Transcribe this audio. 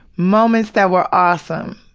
moments that were awesome.